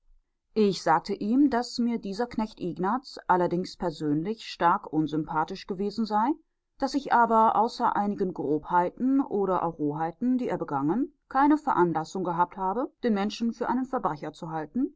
ich sagte ihm daß mir dieser knecht ignaz allerdings persönlich stark unsympathisch gewesen sei daß ich aber außer einigen grobheiten oder auch roheiten die er begangen keine veranlassung gehabt habe den menschen für einen verbrecher zu halten